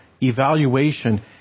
evaluation